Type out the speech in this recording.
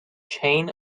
chain